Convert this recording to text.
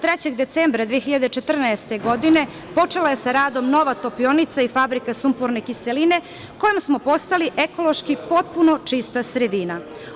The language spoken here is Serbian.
Dvadeset trećeg decembra 2014. godine počela je sa radom nova topionica i fabrika sumporne kiseline, kojom smo postali ekološki potpuno čista sredina.